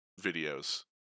videos